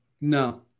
no